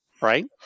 right